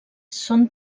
són